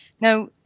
Now